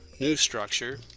new structure